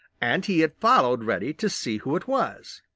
and he had followed reddy to see who it was.